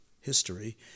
history